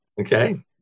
Okay